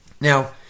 Now